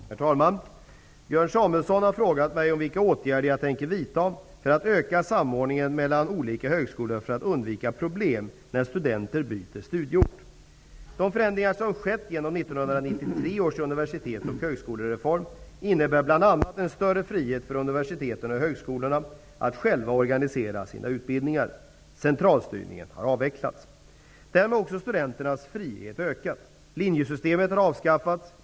Herr talman! Björn Samuelson har frågat mig om vilka åtgärder jag tänker vidta för att öka samordningen mellan olika högskolor för att undvika problem när studenter byter studieort. De förändringar som skett genom 1993 års universitets och högskolereform innebär bl.a. en större frihet för universiteten och högskolorna att själva organisera sina utbildningar. Centralstyrningen har avvecklats. Därmed har också studenternas frihet ökat. Linjesystemet har avskaffats.